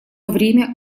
время